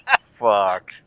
Fuck